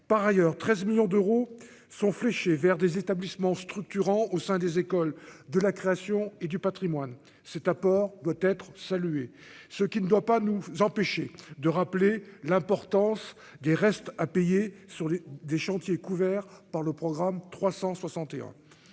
par ailleurs, 13 millions d'euros sont fléchés vers des établissements structurant au sein des écoles de la création et du Patrimoine, cet apport doit être salué ce qui ne doit pas nous empêcher de rappeler l'importance des restes à payer sur des chantiers, couverts par le programme 361